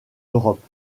europe